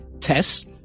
tests